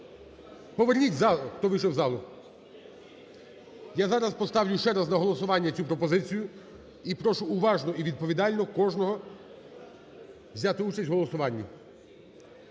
Поверніть в зал, хто вийшов з залу. Я зараз поставлю ще раз на голосування цю пропозицію і прошу, уважно і відповідально, кожного взяти участь в голосуванні.